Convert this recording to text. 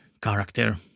character